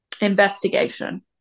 investigation